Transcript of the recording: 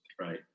right